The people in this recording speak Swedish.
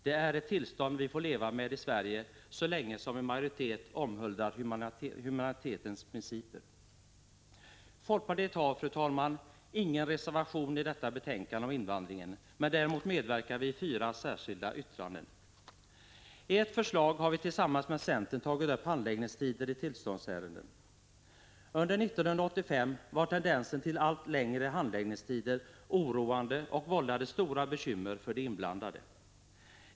Det är ett tillstånd vi vår leva med i Sverige så länge som en majoritet omhuldar humanitetens principer. Folkpartiet har, fru talman, ingen reservation i detta betänkande om invandringen, men däremot medverkar vi i fyra särskilda yttranden. I ett förslag har vi tillsammans med centern tagit upp handläggningstiden i tillståndsärenden. Under 1985 var tendensen till allt längre handläggningstider oroande och vållade stora bekymmer för de inblandade.